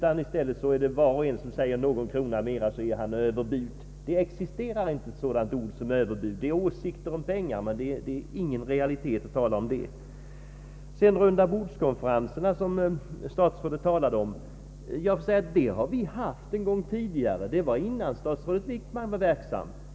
Då är det så att var och en som begär någon krona mera kommer med överbud. Det existerar inte ett sådant ord som överbud. Det är åsikter om pengar, det är ingen realitet att tala om överbud. Statsrådet talade också om rundabordskonferenserna. Sådana har vi haft en gång tidigare, det var innan statsrådet Wickman var verksam.